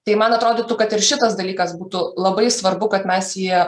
tai man atrodytų kad ir šitas dalykas būtų labai svarbu kad mes jie